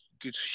good